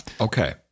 Okay